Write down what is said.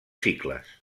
cicles